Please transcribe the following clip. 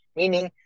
meaning